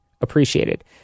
appreciated